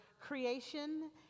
creation